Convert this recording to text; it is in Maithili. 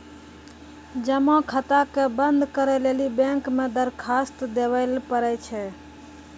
जमा खाता के बंद करै लेली बैंक मे दरखास्त देवै लय परै छै